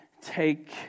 take